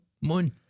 Moon